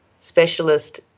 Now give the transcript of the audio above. specialist